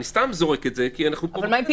אני סתם זורק את זה כי אנחנו פה בכנסת.